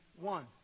one